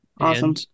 Awesome